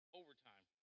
overtime